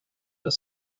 are